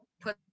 Put